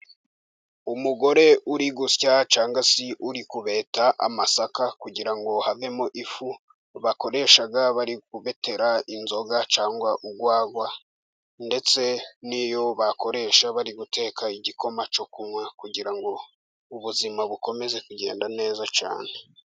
Umugore uri gusya cyangwa se uri kubeta amasaka kugira ngo havemo ifu, bakoresha bari kubetera inzoga cyangwa urwagwa ndetse n'iyo bakoresha bari guteka igikoma cyo kunywa, kugira ngo ubuzima bukomeze kugenda neza cyane.